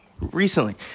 recently